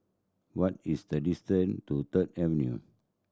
what is the distance to Third Avenue